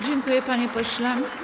Dziękuję, panie pośle.